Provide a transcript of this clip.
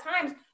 times